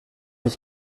ich